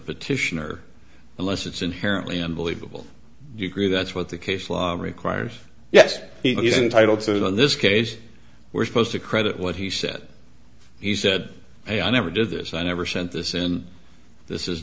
petitioner unless it's inherently unbelievable you agree that's what the case law requires yes he's entitled to in this case we're supposed to credit what he said he said hey i never did this i never sent this in this is